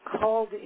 called